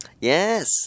Yes